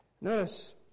Notice